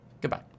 Goodbye